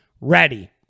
ready